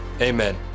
amen